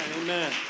Amen